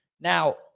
Now